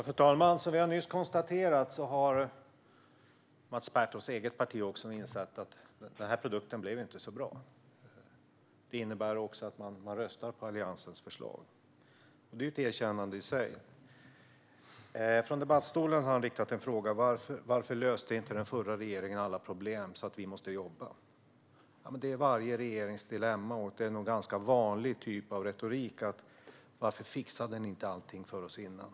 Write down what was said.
Fru talman! Som jag nyss konstaterat har också Mats Pertofts eget parti insett att produkten inte blev så bra. Det innebär att man röstar på Alliansens förslag. Det är ett erkännande i sig. Från talarstolen har han i debatten riktat en fråga: Varför löste inte den förra regeringen alla problem så att vi måste jobba? Det är varje regerings dilemma. Det är nog en ganska vanlig typ av retorik. Varför fixade ni inte allting för oss innan?